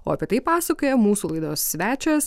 o apie tai pasakoja mūsų laidos svečias